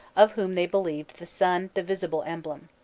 of whom they believed the sun the visible emblem.